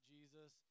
Jesus